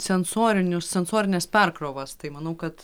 sensorinius sensorines perkrovos tai manau kad